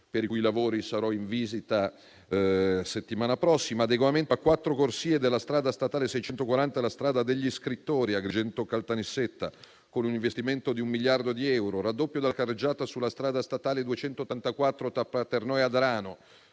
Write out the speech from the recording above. per i cui lavori sarò in visita la settimana prossima; l'adeguamento a quattro corsie della strada statale 640, la "Strada degli scrittori" (Agrigento-Caltanissetta), con un investimento di 1 miliardo di euro; il raddoppio della carreggiata sulla strada statale 284 tra Paternò e Adrano